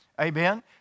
Amen